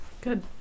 Good